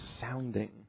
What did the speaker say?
sounding